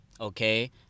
Okay